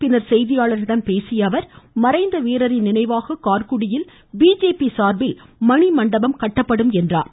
பின்னர் செய்தியாளர்களிடம் பேசிய அவர் மறைந்த வீரரின் நினைவாக கார்குடியில் பிஜேபி சார்பில் மணிமண்டபம் கட்டப்படும் என்றார்